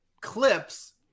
clips